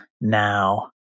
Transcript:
Now